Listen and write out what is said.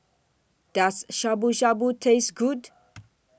Does Shabu Shabu Taste Good